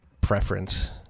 preference